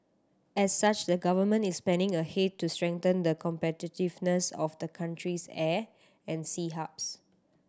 as such the Government is planning ahead to strengthen the competitiveness of the country's air and sea hubs